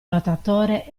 lottatore